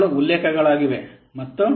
ಇವುಗಳು ಉಲ್ಲೇಖಗಳಾಗಿವೆ ಮತ್ತು